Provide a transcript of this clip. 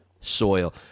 soil